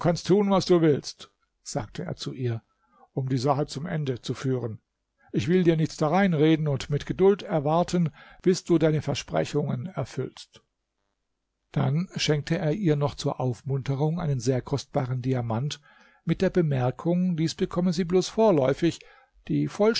tun was du willst sagte er zu ihr um die sache zum ende zu führen ich will dir nichts dareinreden und mit geduld erwarten bis du deine versprechungen erfüllst dann schenkte er ihr noch zur aufmunterung einen sehr kostbaren diamant mit der bemerkung dies bekomme sie bloß vorläufig die